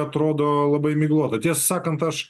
atrodo labai miglota tiesą sakant aš